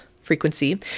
frequency